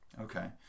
okay